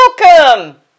Welcome